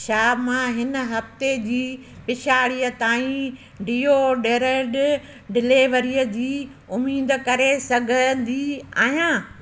छा मां हिन हफ़्ते जी पिछाड़ीअ ताईं डियोड्रेड जी डिलीवरीअ जी उमेद करे सघंदी आहियां